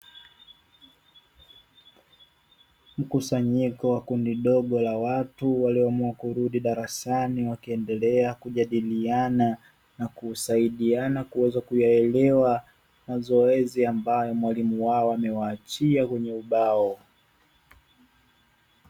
Mkusanyiko wa kundi dogo la watu walioamua kurudi darasani wakiendelea kujadiliana na kusaidiana kuweza kuyaelewa mazoezi ambayo mwalimu wao amewaachia kwenye ubao.